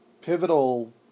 pivotal